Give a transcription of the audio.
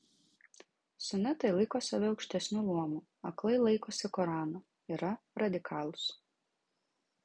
sunitai laiko save aukštesniu luomu aklai laikosi korano yra radikalūs